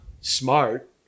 smart